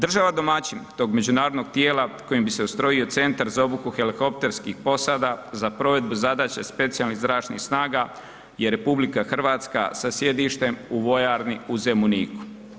Država domaćin tog međunarodnog tijela kojim bi se ustrojio centar za obuku helikopterskih posada za provedbu zadaća specijalnih zračnih snaga je RH sa sjedištem u vojarni u Zemuniku.